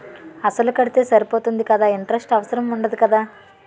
అసలు కడితే సరిపోతుంది కదా ఇంటరెస్ట్ అవసరం ఉండదు కదా?